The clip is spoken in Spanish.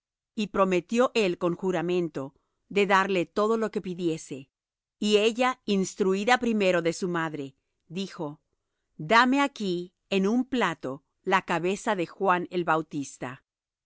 y prometió él con juramento de darle todo lo que pidiese y ella instruída primero de su madre dijo dame aquí en un plato la cabeza de juan el bautista